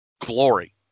glory